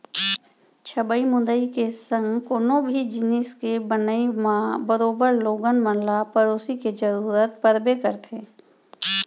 छबई मुंदई के संग कोनो भी जिनिस के बनई म बरोबर लोगन मन ल पेरोसी के जरूरत परबे करथे